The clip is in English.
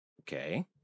Okay